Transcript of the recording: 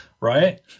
right